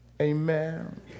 Amen